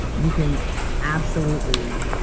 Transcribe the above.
you can absolutely,